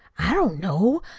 i don't know.